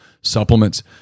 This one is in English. supplements